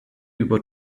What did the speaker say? über